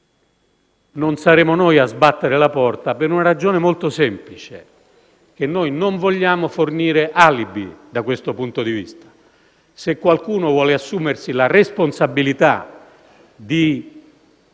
Non saremo noi a sbattere la porta, per una ragione molto semplice: non vogliamo fornire alibi, da questo punto di vista. Se qualcuno vuole assumersi la responsabilità di